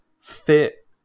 fit